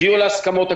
הגיעו להסכמות,